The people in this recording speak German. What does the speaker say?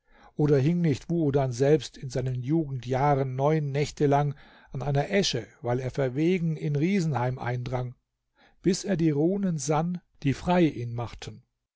ober hing nicht sbuoban felbft in feinen gugenbjahren neun mächte lang an einer fche weil er erwegen in stiefem heim einbrang bis er bie stinten fann bie frei ihn machten